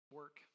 work